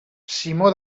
simó